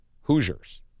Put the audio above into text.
Hoosiers